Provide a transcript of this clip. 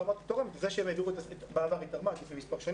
לא אמרתי שהיא תורמת אבל זה שהם העבירו את --- לפני מספר שנים